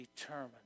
determined